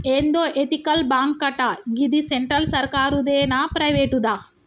ఏందో ఎతికల్ బాంకటా, గిది సెంట్రల్ సర్కారుదేనా, ప్రైవేటుదా